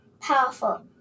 powerful